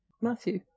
Matthew